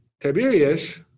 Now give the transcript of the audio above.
Tiberius